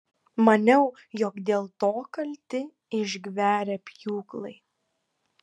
maniau jog dėl to kalti išgverę pjūklai